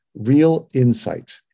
#RealInsight